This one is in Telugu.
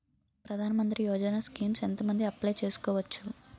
ప్రధాన మంత్రి యోజన స్కీమ్స్ ఎంత మంది అప్లయ్ చేసుకోవచ్చు?